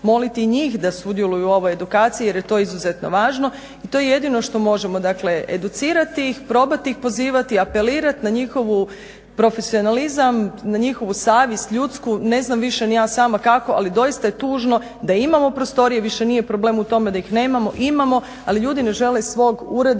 da sudjeluju u ovoj edukaciji jer je to izuzetno važno. I to je jedino što možemo, dakle educirati ih, probati ih pozivati, apelirati na njihov profesionalizam, na njihovu savjest ljudsku, ne znam više ni ja sama kako. Ali doista je tužno da imamo prostorije, više nije problem u tome da ih nemamo, imamo, ali ljudi ne žele iz svog ureda